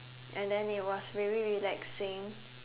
and then it was very relaxing